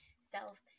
self